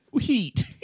heat